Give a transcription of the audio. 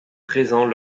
présent